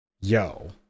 Yo